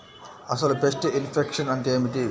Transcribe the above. అసలు pest infection అంటే ఏమిటి?